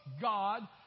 God